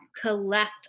collect